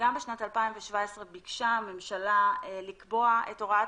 וגם בשנת 2017 ביקשה הממשלה לקבוע את הוראת